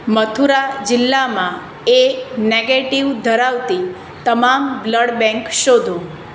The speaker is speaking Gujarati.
મથુરા જિલ્લામાં એ નેગેટિવ ધરાવતી તમામ બ્લડ બેંક શોધો